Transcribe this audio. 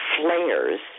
flares